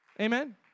Amen